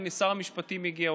הינה שר המשפטים הגיע,